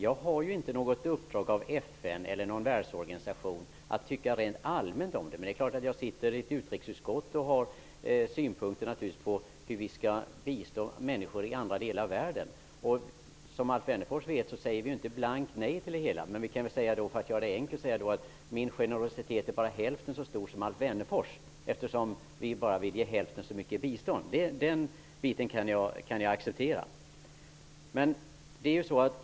Jag har inte något uppdrag från FN eller någon annan världsorganisation att tycka rent allmänt om detta, men jag sitter i utrikesutskottet och har naturligtvis synpunkter på hur vi skall bistå människor i andra delar av världen. Som Alf Wennerfors vet säger vi inte blankt nej, men jag kan för att göra det enkelt säga att min generositet är bara hälften så stor som Alf Wennerfors, eftersom vi vill ge bara hälften så mycket bistånd. En sådan beskrivning kan jag acceptera.